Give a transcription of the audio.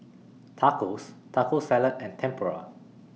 Tacos Taco Salad and Tempura